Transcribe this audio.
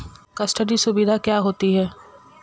Custody सुविधा क्या होती है?